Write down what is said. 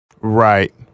Right